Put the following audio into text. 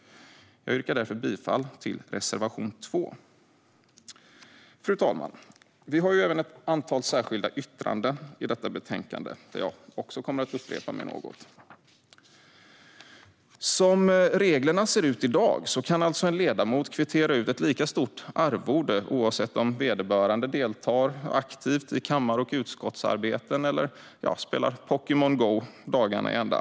Jag yrkar därför bifall till reservation 2. Fru talman! Vi har även ett antal särskilda yttranden i detta betänkande, och jag kommer att upprepa mig något gällande dem. Som reglerna ser ut i dag kan alltså en ledamot kvittera ut ett lika stort arvode oavsett om vederbörande deltar aktivt i kammar och utskottsarbeten eller spelar Pokémon Go dagarna i ända.